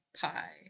pie